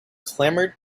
clamored